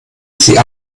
sie